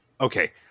okay